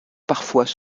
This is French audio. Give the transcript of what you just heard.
parfois